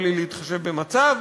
בלי להתחשב במצב,